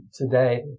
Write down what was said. today